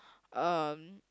um